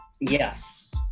Yes